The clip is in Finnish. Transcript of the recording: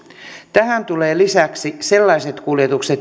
tähän tulee lisäksi sellaiset kuljetukset